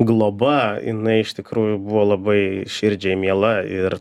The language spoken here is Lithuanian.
globa jinai iš tikrųjų buvo labai širdžiai miela ir